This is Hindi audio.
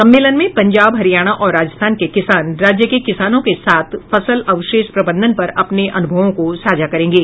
सम्मेलन में पंजाब हरियाणा और राजस्थान के किसान राज्य के किसानों के साथ फसल अवशेष प्रबंधन पर अपने अनुभवों को साझा करेंगे